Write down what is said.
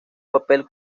papel